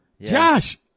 Josh